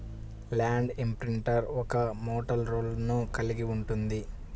land imprinter ఒక metal రోలర్ను కలిగి ఉంటుంది